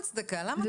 אבל זו גם הצדקה.